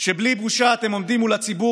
שבלי בושה אתם עומדים מול הציבור